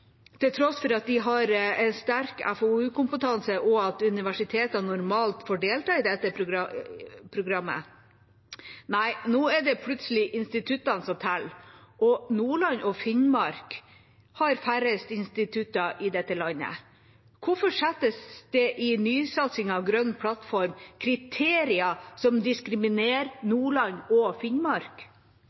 til tross for at de har sterk FoU-kompetanse og at universitetene normalt får delta i dette programmet? Nei, nå er det plutselig instituttene som teller. Nordland og Finnmark har færrest institutter i dette landet. Hvorfor settes det i nysatsingen med Grønn plattform kriterier som diskriminerer Nordland og Finnmark?